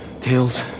Tails